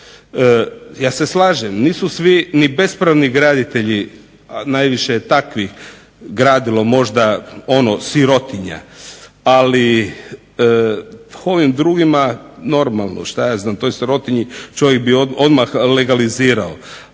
Ja se slažem nisu svi ni bespravni graditelji najviše takvi gradilo možda ono sirotinja, ali ovim drugima normalno toj sirotinji čovjek bi odmah legalizirao.